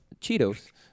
Cheetos